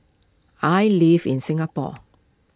I live in Singapore